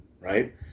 right